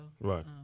Right